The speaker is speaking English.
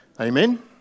Amen